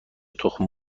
تخم